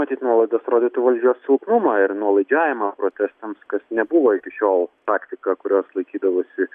matyt nuolaidos rodytų valdžios silpnumą ir nuolaidžiavimą protestams kas nebuvo iki šiol praktika kurios laikydavosi